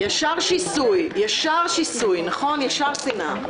ישר שיסוי, ישר שנאה.